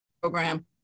program